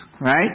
right